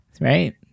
right